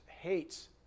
hates